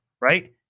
Right